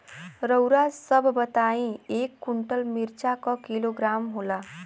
रउआ सभ बताई एक कुन्टल मिर्चा क किलोग्राम होला?